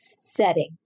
setting